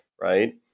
right